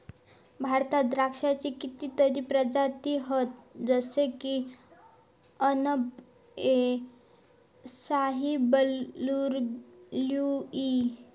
भारतात द्राक्षांची कितीतरी प्रजाती हत जशे की अनब ए शाही, बंगलूर ब्लू ई